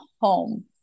home